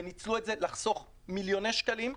וניצלו את זה לחסוך מאות מיליוני שקלים,